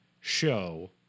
show